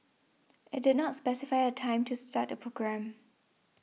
it did not specify a time to start the programme